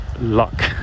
luck